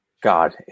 God